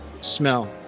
smell